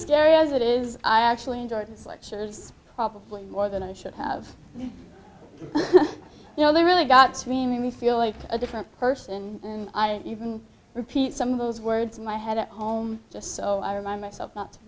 scary as it is i actually enjoyed his lectures probably more than i should have you know they really got to me me me feel like a different person and i don't even repeat some of those words in my head at home just so i remind myself not